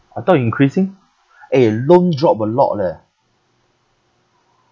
I thought increasing eh loan drop a lot leh